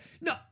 no